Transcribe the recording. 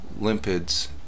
limpids